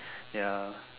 ya